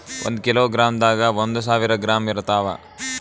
ಒಂದ್ ಕಿಲೋಗ್ರಾಂದಾಗ ಒಂದು ಸಾವಿರ ಗ್ರಾಂ ಇರತಾವ